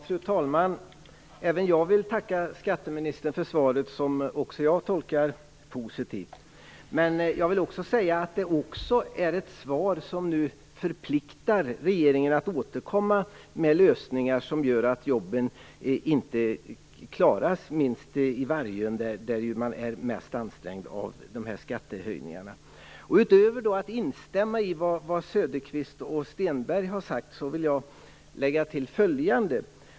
Fru talman! Även jag vill tacka skatteministern för svaret som också jag tolkar positivt. Men jag vill vidare säga att det är ett svar som förpliktar regeringen att återkomma med lösningar som gör att jobben klaras inte minst i Vargön, där man är mest ansträngd av dessa skattehöjningar. Utöver att instämma i vad Söderqvist och Stenberg har sagt vill jag tillägga följande.